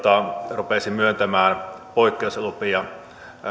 rupeaisi myöntämään poikkeuslupia